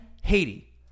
Haiti